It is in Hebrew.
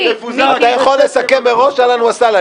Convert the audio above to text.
אתה יכול לסכם מראש אהלן וסהלן.